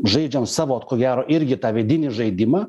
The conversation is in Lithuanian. žaidžiam savo ko gero irgi tą vidinį žaidimą